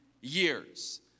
years